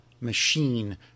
machine